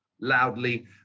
loudly